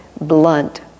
blunt